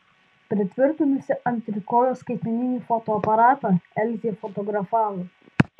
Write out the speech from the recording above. pritvirtinusi ant trikojo skaitmeninį fotoaparatą elzė fotografavo